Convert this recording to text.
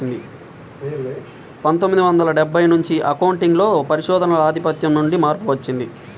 పందొమ్మిది వందల డెబ్బై నుంచి అకౌంటింగ్ లో పరిశోధనల ఆధిపత్యం నుండి మార్పు వచ్చింది